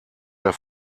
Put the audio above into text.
der